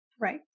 Right